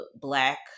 black